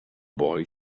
boy